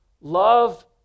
love